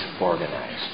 organized